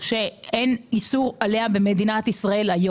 שהיום אין איסור עליה במדינת ישראל.